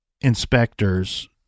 inspectors